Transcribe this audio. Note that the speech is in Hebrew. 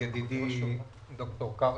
ידידי דוקטור קרעי.